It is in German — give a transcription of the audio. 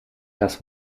das